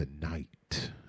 tonight